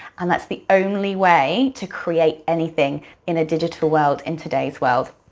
and that's the only way to create anything in a digital world in today's world.